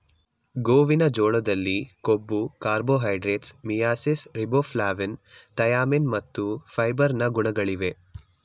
ಗೋವಿನ ಜೋಳದಲ್ಲಿ ಕೊಬ್ಬು, ಕಾರ್ಬೋಹೈಡ್ರೇಟ್ಸ್, ಮಿಯಾಸಿಸ್, ರಿಬೋಫ್ಲಾವಿನ್, ಥಯಾಮಿನ್ ಮತ್ತು ಫೈಬರ್ ನ ಗುಣಗಳಿವೆ